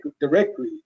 directly